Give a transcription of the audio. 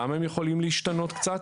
למה הם יכולים להשתנות קצת?